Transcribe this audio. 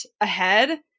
ahead